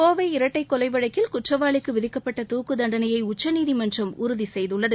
கோவை இரட்டைக் கொலை வழக்கில் குற்றவாளிக்கு விதிக்கப்பட்ட துக்குத்தண்டனையை உச்சநீதிமன்றம் உறுதி செய்துள்ளது